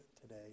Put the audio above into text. today